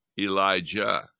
Elijah